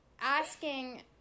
asking